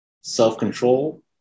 self-control